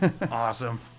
Awesome